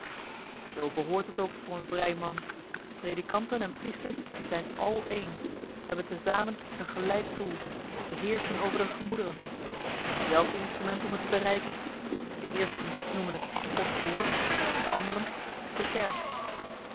zoo behoort het ook voor een vrij man predikanten en priesters zijn àl één hebben te zamen een gelijk doel te heerschen over de gemoederen en een zelfde instrument om het te bereiken de eersten noemen het gods woord de anderen de kerk